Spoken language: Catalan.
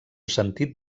sentit